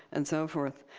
and so forth.